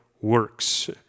works